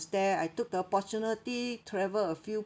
there I took the opportunity travel a few